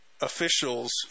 officials